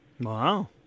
wow